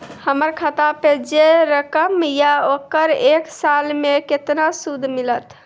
हमर खाता पे जे रकम या ओकर एक साल मे केतना सूद मिलत?